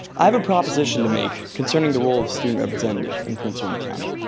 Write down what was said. i have a proposition to make concerning the role of the student representative in prince william county.